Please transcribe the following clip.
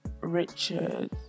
Richard